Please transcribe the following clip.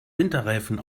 winterreifen